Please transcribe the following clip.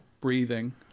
breathing